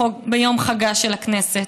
ביום חגה של הכנסת,